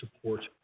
support